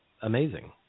amazing